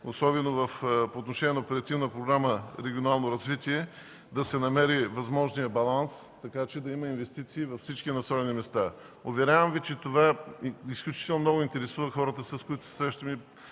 особено по отношение на Оперативна програма „Регионално развитие“, да се намери възможния баланс така, че да има инвестиции във всички населени места. Уверявам Ви, че това изключително много интересува хората, с които се срещаме,